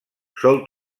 sol